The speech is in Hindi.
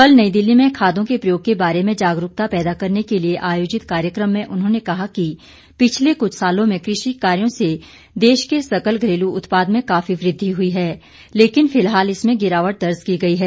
कल नई दिल्ली में खादों के प्रयोग के बारे में जागरूकता पैदा करने के लिए आयोजित कार्यक्रम में उन्होंने कहा कि पिछले कुछ सालों में कृषि कार्यों से देश के सकल घरेलू उत्पाद में काफी वृद्धि हुई है लेकिन फिलहाल इसमें गिरावट दर्ज की गई है